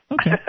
Okay